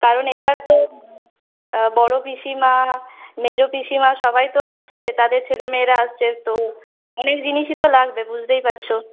কারণ এ বার তো বড় পিসিমা মেজ পিসিমা সবাই তো আসছে তাদের ছেলেমেয়েরা আসছে তো অনেক জিনিসই তো লাগবে বুঝতেই পারছ